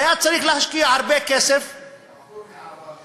והיה צריך להשקיע הרבה כסף, הבחור מעראבה